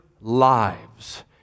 lives